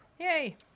Yay